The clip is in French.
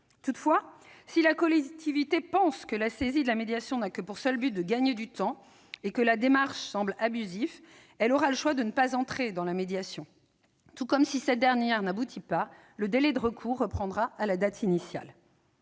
Toutefois, si la collectivité pense que la saisie de la médiation n'a que pour seul but de gagner du temps, et si la démarche semble abusive, elle aura le choix de ne pas entrer dans le processus de médiation. De même, si cette dernière n'aboutit pas, le délai de recours reprendra à la date initiale.